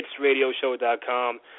HitsRadioshow.com